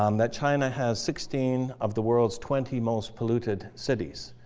um that china has sixteen of the world's twenty most polluted cities.